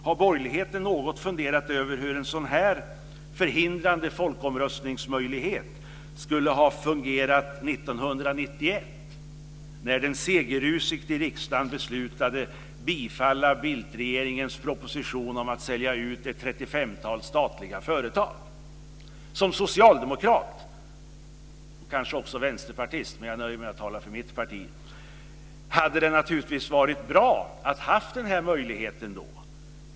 Har borgerligheten något funderat över hur en sådan här förhindrande folkomröstningsmöjlighet skulle ha fungerat 1991 när den segerrusigt i riksdagen beslutade bifalla Bildtregeringens proposition om att sälja ut ett 35-tal statliga företag? Som socialdemokrat - och kanske också vänsterpartister, men jag nöjer mig med att tala för mitt parti - hade det naturligtvis varit bra om man hade haft den möjligheten.